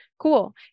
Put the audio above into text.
Cool